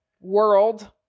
world